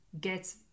get